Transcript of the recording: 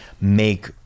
make